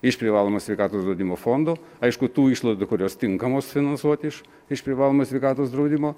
iš privalomo sveikatos draudimo fondo aišku tų išlaidų kurios tinkamos finansuoti iš iš privalomojo sveikatos draudimo